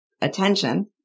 attention